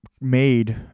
made